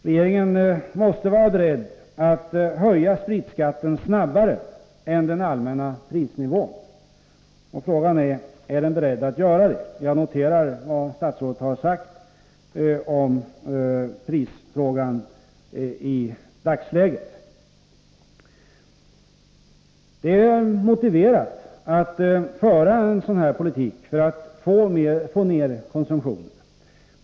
Regeringen måste vara beredd att höja spritskatten snabbare än den allmänna prisnivån, och frågan är: Är regeringen beredd att göra det? Jag noterar vad statsrådet sagt om prisfrågan i dagsläget. Det är motiverat att föra en sådan här politik för att få ner konsumtionen.